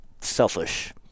selfish